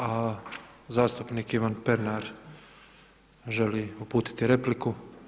A zastupnik Ivan Pernar želi uputiti repliku.